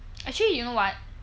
actually you know what